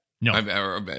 No